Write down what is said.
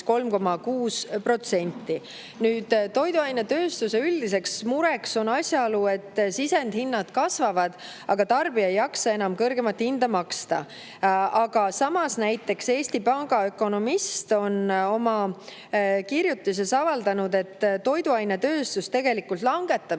3,6%‑ga. Toiduainetööstuse üldine mure on asjaolu, et sisendhinnad kasvavad, aga tarbija ei jaksa enam kõrgemat hinda maksta. Samas, näiteks Eesti Panga ökonomist on oma kirjutises avaldanud, et toiduainetööstus langetab